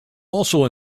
also